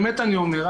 באמת אני אומר,